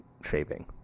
shaving